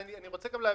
רוצה להבין,